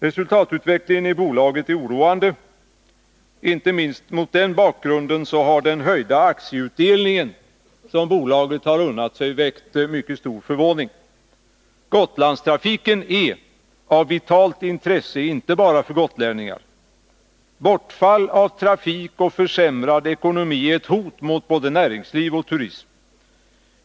Resultatutvecklingen i bolaget är oroande. Inte minst mot den bakgrunden har den höjda aktieutdelning som bolaget unnat sig väckt mycket stor förvåning. Gotlandstrafiken är av vitalt intresse inte bara för gotlänningar. Bortfall av trafik och försämrad ekonomi är ett hot mot både näringsliv och turism.